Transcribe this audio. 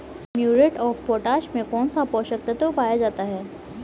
Muriate of potash में कौन सा पोषक तत्व पाया जाता है?